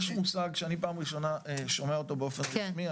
יש מושג שאני פעם ראשונה שומע אותו באופן רשמי,